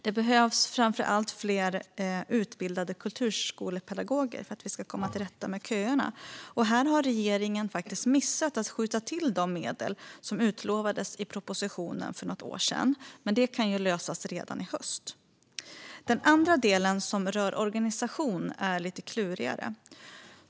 Det behövs framför allt fler utbildade kulturskolepedagoger för att vi ska komma till rätta med köerna. Här har regeringen missat att skjuta till de medel som utlovades i propositionen för något år sedan, men det kan lösas redan i höst. Den andra delen som rör organisationen är klurigare.